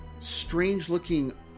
strange-looking